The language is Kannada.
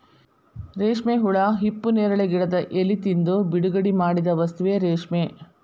ರೇಶ್ಮೆ ಹುಳಾ ಹಿಪ್ಪುನೇರಳೆ ಗಿಡದ ಎಲಿ ತಿಂದು ಬಿಡುಗಡಿಮಾಡಿದ ವಸ್ತುವೇ ರೇಶ್ಮೆ